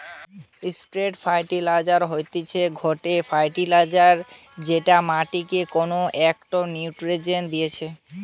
straight fertiliser হতিছে গটে fertiliser যেটা মাটিকে কোনো একটো নিউট্রিয়েন্ট দিতেছে